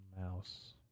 mouse